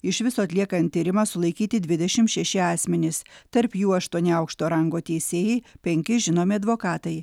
iš viso atliekant tyrimą sulaikyti dvidešimt šeši asmenys tarp jų aštuoni aukšto rango teisėjai penki žinomi advokatai